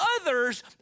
Others